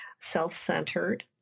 self-centered